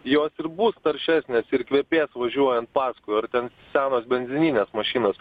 jos ir bus taršesnės ir kvepės važiuojant paskui ar ten senos benzininės mašinos